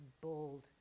bold